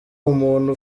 umuntu